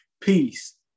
peace